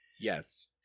Yes